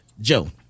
Joe